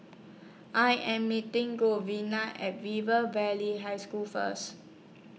I Am meeting Giovanna At River Valley High School First